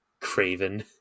Craven